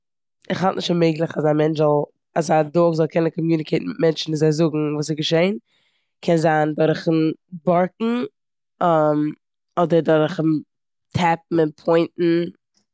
כ'האלט נישט ס'מעגליך אז א מענטש זאל- אז א דאג זאל קענען קאמיוניקעיטן מיט מענטשן, און זיי זאגן וואס איז געשען. קען זיין דורכן בארקן אדער דורכן טעפן און פוינטן.